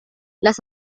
las